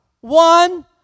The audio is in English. one